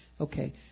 Okay